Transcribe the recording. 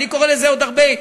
אני קורא לזה עוד הרבה,